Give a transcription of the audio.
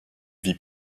vit